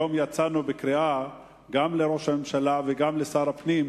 היום יצאנו בקריאה גם לראש הממשלה וגם לשר הפנים